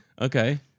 Okay